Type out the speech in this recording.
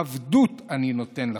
עבדות אני נותן לכם".